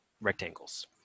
rectangles